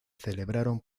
celebraron